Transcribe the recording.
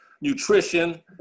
nutrition